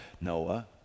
Noah